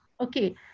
Okay